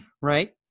Right